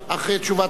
אחרי תשובת השר,